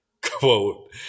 quote